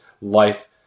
life